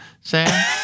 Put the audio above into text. Sam